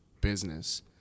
business